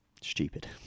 Stupid